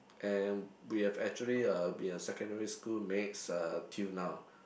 and we have actually uh be a secondary school mates uh till now